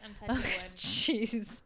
Jeez